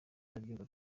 ndabyumva